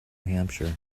hampshire